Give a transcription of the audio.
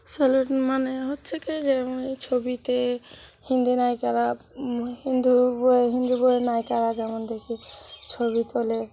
celebrity মানে হচ্ছে কি যেমন এই ছবিতে হিন্দি নায়িকারা হিন্দু বইয়ে হিন্দি বইয়ের নায়িকারা যেমন দেখি ছবি তোলে